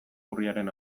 urriaren